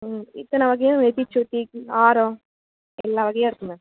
ம் இத்தனை வகையாக நெத்திச்சுட்டி ஆரம் எல்லா வகையும் இருக்குது மேம்